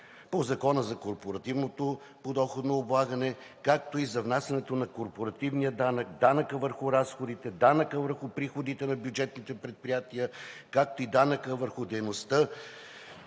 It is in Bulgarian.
по Закона за корпоративното подоходно облагане, както и за внасянето на корпоративния данък, данъка върху разходите, данъка върху приходите на бюджетните предприятия, както и данъка върху приходите,